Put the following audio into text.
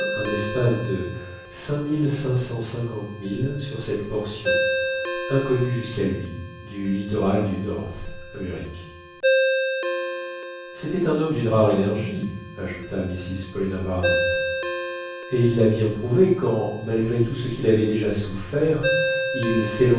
un espace de cinq mille cinq cent cinquante milles sur cette portion inconnue jusqu'à lui du littoral du north amérique c'était un homme d'une rare énergie ajouta mrs paulina barnett et il l'a bien prouvé quand malgré tout ce qu'il avait déjà souffert il